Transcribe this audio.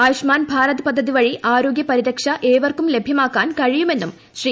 ആയുഷ്മാൻ ഭാരത് പദ്ധതി വഴി ആരോഗ്യ പരിരക്ഷ ഏവർക്കും ലഭ്യമാക്കാൻ കഴിയുമെന്നും ശ്രീ